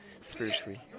spiritually